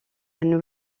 elle